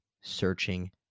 searching